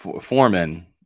foreman